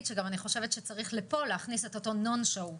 שאני גם חושבת שצריך להכניס גם לפה את אותו 'נו שואו',